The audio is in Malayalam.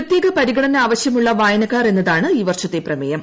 പ്രത്യേക പരിഗണന ആവശ്യമുള്ള വായനക്കാർ എന്നതാണ് ഈ വർഷത്തെ പ്രമേയം